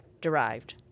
derived